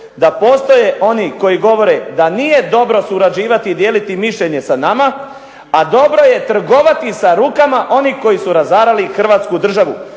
da postoje oni koji govore da nije dobro surađivati i dijeliti mišljenje sa nama, a dobro je trgovati sa rukama onih koji su razarali Hrvatsku državu.